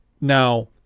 Now